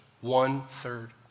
One-third